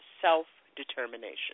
self-determination